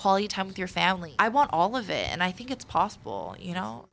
quality time with your family i want all of it and i think it's possible you know